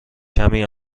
کمی